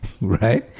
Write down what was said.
Right